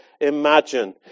imagine